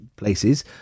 places